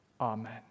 Amen